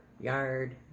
yard